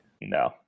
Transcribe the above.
No